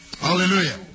Hallelujah